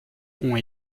ont